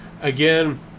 again